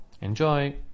Enjoy